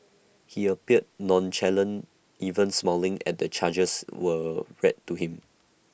he appeared nonchalant even smiling at the charges were read to him